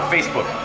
Facebook